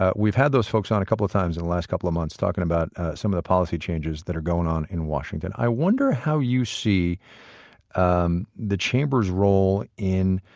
ah we've had those folks on a couple of times in the last couple of months, talking about some of the policy changes that are going on in washington. i wonder how you see um the chamber's role in